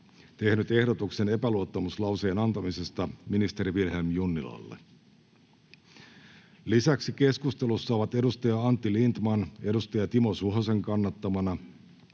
tehnyt ehdotuksen epäluottamuslauseen antamisesta ministeri Vilhelm Junnilalle. Lisäksi keskustelussa ovat Antti Lindtman Timo Suhosen kannattamana,